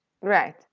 right